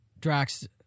Drax